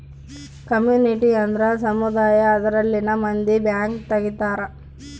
community ಅಂದ್ರ ಸಮುದಾಯ ಅದರಲ್ಲಿನ ಮಂದಿ ಬ್ಯಾಂಕ್ ತಗಿತಾರೆ